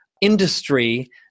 industry